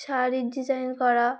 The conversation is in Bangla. শাড়ির ডিজাইন করা